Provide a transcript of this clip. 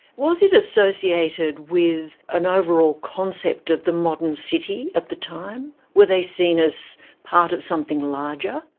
was it associated with an overall concept of the modern city at the time? were they seen as part of something larger?